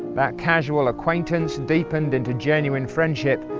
that casual acquaintance deepened into genuine friendship,